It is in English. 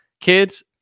kids